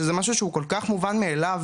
שזה משהו שהוא כל כך מובן מאליו,